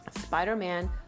Spider-Man